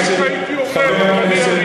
חבר הכנסת אורלב,